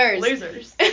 Losers